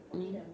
mmhmm